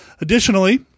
Additionally